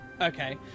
okay